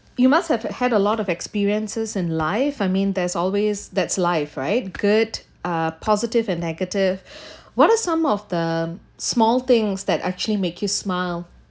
you must have had a lot of experiences in life I mean there's always that's life right good uh positive and negative what are some of the small things that actually make you smile